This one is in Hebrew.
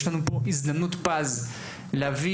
ישנה לפנינו הזדמנות פז להעלות